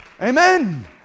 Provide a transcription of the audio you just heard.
Amen